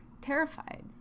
terrified